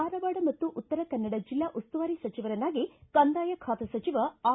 ಧಾರವಾಡ ಮತ್ತು ಉತ್ತರ ಕನ್ನಡ ಜಿಲ್ಲಾ ಉಸ್ತುವಾರಿ ಸಚಿವರನ್ನಾಗಿ ಕಂದಾಯ ಖಾತೆ ಸಚಿವ ಆರ್